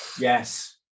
yes